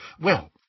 Well